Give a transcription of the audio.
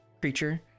creature